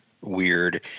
weird